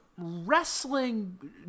wrestling